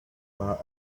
bar